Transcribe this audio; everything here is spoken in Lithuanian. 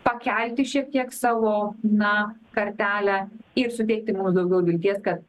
pakelti šiek tiek savo na kartelę ir suteikti mums daugiau vilties kad